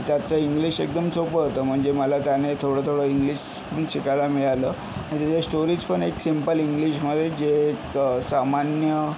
त्याचं इंग्लिश एकदम सोपं होतं म्हणजे मला त्याने थोडं थोडं इंग्लिशपण शिकायला मिळालं आणि त्याच्या स्टोरीज पण एक सिम्पल इंग्लिशमधे जे एक सामान्य